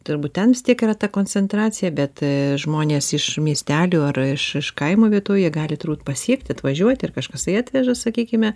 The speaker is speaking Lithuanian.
turbūt ten vis tiek yra ta koncentracija bet žmonės iš miestelių ar iš iš kaimo vietovių jie gali turbūt pasiekti atvažiuoti ar kažkas tai atveža sakykime